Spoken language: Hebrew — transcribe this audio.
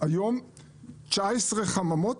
יש היום 19 חממות,